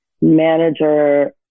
manager